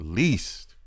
least